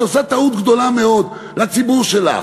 את עושה טעות גדולה מאוד כלפי הציבור שלך.